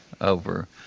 over